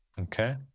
Okay